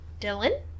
Dylan